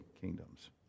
kingdoms